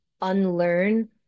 unlearn